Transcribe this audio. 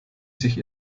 sich